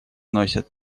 носят